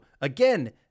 again